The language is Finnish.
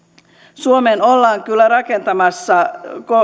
suomeen ollaan kyllä rakentamassa